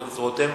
חבר הכנסת רותם,